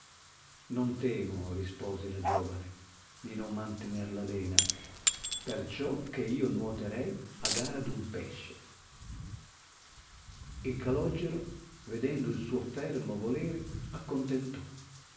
non temo rispose la giovane di non mantener la lena perciò che io nuoterei a gara d un pesce il calogero vedendo il suo fermo volere